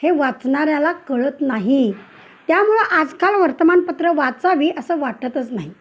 हे वाचणाऱ्याला कळत नाही त्यामुळं आजकाल वर्तमानपत्रं वाचावी असं वाटतच नाही